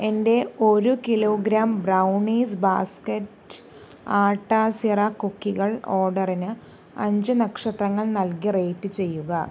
എന്റെ ഒരു kilogram brownies basket ആട്ട സിറ കുക്കികൾ ഓർഡറിന് അഞ്ച് നക്ഷത്രങ്ങൾ നൽകി റേറ്റ് ചെയ്യുക